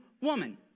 woman